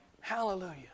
Hallelujah